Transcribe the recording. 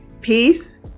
peace